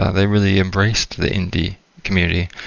they really embraced the indie community.